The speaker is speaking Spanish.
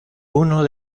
uno